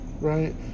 right